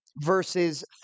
verses